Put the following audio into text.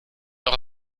auch